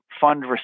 fund